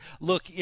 Look